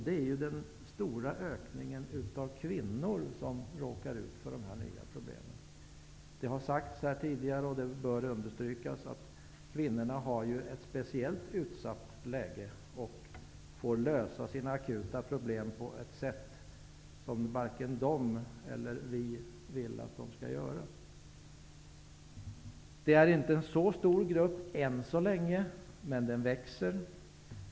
Det är den stora ökningen av kvinnor som råkar ut för de nya problemen. Det har sagts här tidigare, och det bör understrykas, att kvinnorna har ett speciellt utsatt läge och får lösa sina akuta problem på ett sätt som varken de eller vi vill att de skall göra. Det är inte en så stor grupp än så länge, men den växer.